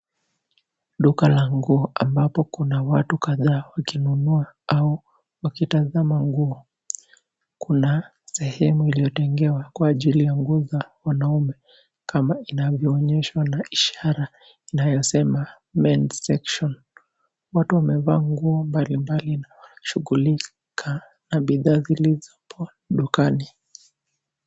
Duka la nguo ambapo kuna watu kadhaa wakinunua au wakitazama nguo. Kuna sehemu iliyotengewa kwa ajili ya nguo za wanaume kama inavyoonyeshwa na ishara inayosema men's section. Watu wamevaa nguo mbalimbali na wanashughulika na bidhaa zilizopo dukani.